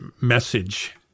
message